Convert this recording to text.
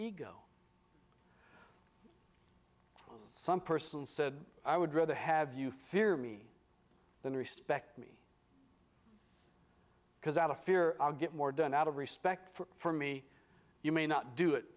ego some person said i would rather have you fear me than respect me because out of fear i'll get more done out of respect for me you may not do it